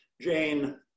jane